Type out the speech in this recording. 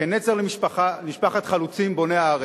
כנצר למשפחת חלוצים בוני הארץ,